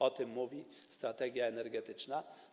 O tym mówi strategia energetyczna.